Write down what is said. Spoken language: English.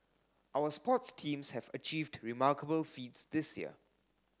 our sports teams have achieved remarkable feats this year